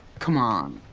come on,